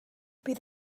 bydd